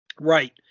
right